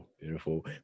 Beautiful